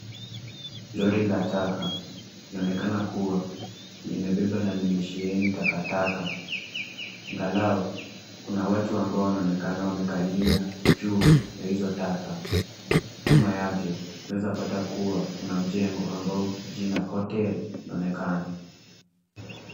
Lori la taka linaonekana kuwa limebeba na limesheheni takataka angalau kuna watu amabo wanaonekana wamekalia juu ya hizo taka. Nyuma yake unaweza pata kuwa kuna mjengo ambao jina Hotel linaonekana.